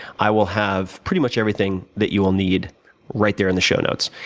i will have pretty much everything that you will need right there in the show notes.